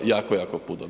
Jako, jako puno.